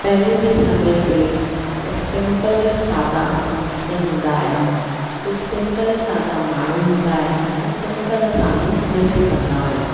पहिरें जे समय ते त सिंपल सादा संगीत हूंदा हुआ ते सिंपल सादा माण्हू हूंदा हुआ ऐं सिंपल सादू नृत्य कंदा हुआ